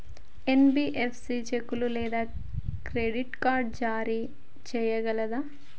NBFC చెక్కులు లేదా credit card జారీ చేయగలదా?